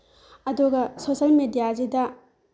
ꯑꯗꯨꯒ ꯁꯣꯁꯦꯜ ꯃꯦꯗꯤꯌꯥꯁꯤꯗ